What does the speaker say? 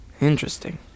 Interesting